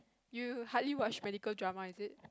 you hardly watch medical drama is it